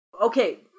Okay